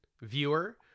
viewer